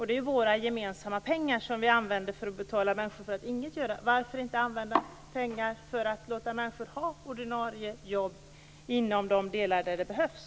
Det är ju våra gemensamma pengar som vi använder för att betala människor för att inget göra. Varför inte använda pengar för att låta människor ha ordinarie jobb där de behövs?